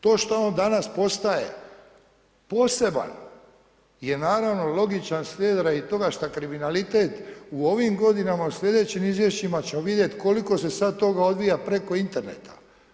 To što on danas postaje poseban je naravno logičan slijed radi toga što kriminalitet u ovim godinama sljedećim izvješćima ćemo vidjeti koliko se sad toga odvija preko interneta.